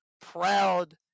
proud